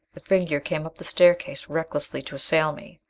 the figure came up the staircase recklessly, to assail me.